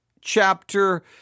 chapter